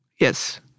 Yes